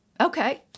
okay